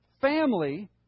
family